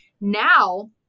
now